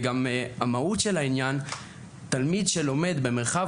גם המהות של העניין תלמיד שלומד במרחב